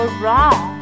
wrong